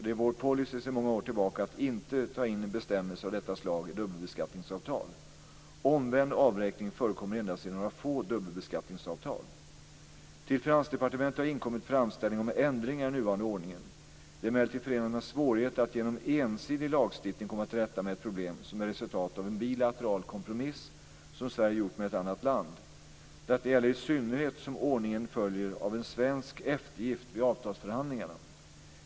Det är vår policy sedan många år tillbaka att inte ta in bestämmelser av detta slag i dubbelbeskattningsavtal. Omvänd avräkning förekommer endast i några få dubbelbeskattningsavtal. Till Finansdepartementet har inkommit framställningar om ändringar i den nuvarande ordningen. Det är emellertid förenat med svårigheter att genom ensidig lagstiftning komma till rätta med ett problem som är resultatet av en bilateral kompromiss som Sverige gjort med ett annat land. Detta gäller i synnerhet som ordningen följer av en svensk eftergift vid avtalsförhandlingarna.